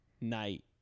night